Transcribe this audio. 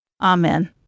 Amen